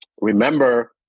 remember